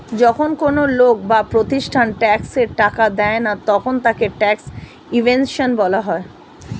যখন কোন লোক বা প্রতিষ্ঠান ট্যাক্সের টাকা দেয় না তখন তাকে ট্যাক্স ইভেশন বলা হয়